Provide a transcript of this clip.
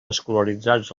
escolaritzats